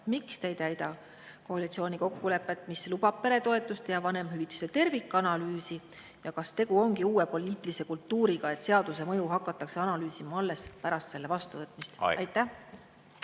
miks te ei täida koalitsiooni kokkulepet, mis lubab peretoetuste ja vanemahüvitiste tervikanalüüsi, ja kas tegu ongi uue poliitilise kultuuriga, et seaduse mõju hakatakse analüüsima alles pärast selle vastuvõtmist. Aeg!